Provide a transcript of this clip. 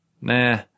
Nah